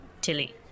Tilly